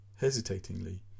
hesitatingly